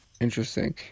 Interesting